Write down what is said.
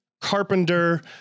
carpenter